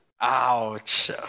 Ouch